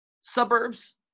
suburbs